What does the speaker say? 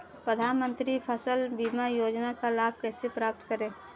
प्रधानमंत्री फसल बीमा योजना का लाभ कैसे प्राप्त करें?